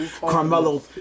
Carmelo